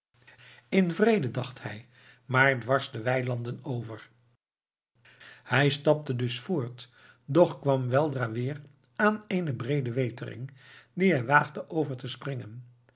in vrede dacht hij maar dwars de weilanden over hij stapte dus voort doch kwam weldra weer aan eene breede wetering die hij waagde over te springen